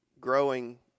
growing –